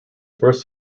first